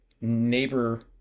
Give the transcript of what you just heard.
neighbor